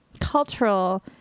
cultural